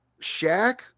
Shaq